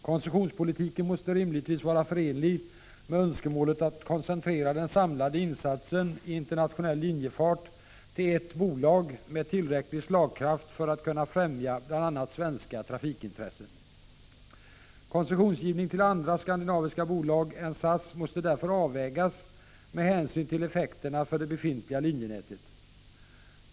Koncessionspolitiken måste rimligtvis vara förenlig med önskemålet att koncentrera den samlade insatsen i internationell linjefart till ett bolag med tillräcklig slagkraft för att kunna främja bl.a. svenska trafikintressen. Koncessionsgivning till andra skandinaviska bolag än SAS måste därför avvägas med hänsyn till effekterna för det befintliga linjenätet.